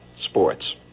sports